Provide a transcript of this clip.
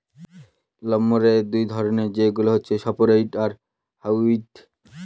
লাম্বারের দুই ধরনের, সেগুলা হচ্ছে সফ্টউড আর হার্ডউড